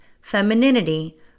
femininity